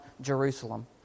Jerusalem